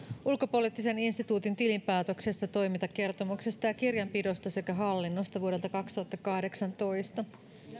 ulkopoliittisen instituutin tilinpäätöksestä toimintakertomuksesta ja kirjanpidosta sekä hallinnosta vuodelta kaksituhattakahdeksantoista